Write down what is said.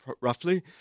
roughly